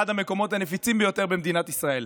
אחד המקומות הנפיצים ביותר במדינת ישראל.